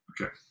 Okay